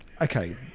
okay